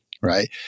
Right